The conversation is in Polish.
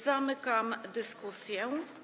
Zamykam dyskusję.